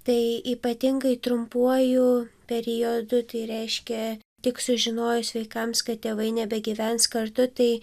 tai ypatingai trumpuoju periodu tai reiškia tik sužinojus vaikams kad tėvai nebegyvens kartu tai